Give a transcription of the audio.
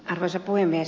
arvoisa puhemies